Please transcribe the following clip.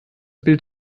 bild